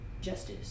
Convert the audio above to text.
justice